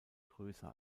größer